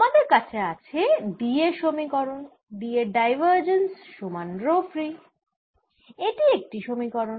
আমাদের কাছে আছে D এর সমীকরণ D এর ডাইভারজেন্স সমান রো ফ্রী এটি একটি সমীকরণ